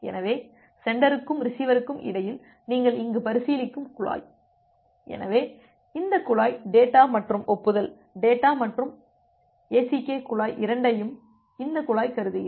எனவே சென்டருக்கும் ரிசீவருக்கும் இடையில் நீங்கள் இங்கு பரிசீலிக்கும் குழாய் எனவே இந்த குழாய் டேட்டா மற்றும் ஒப்புதல் டேட்டா மற்றும் ACK குழாய் இரண்டையும் இந்த குழாய் கருதுகிறது